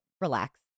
Relax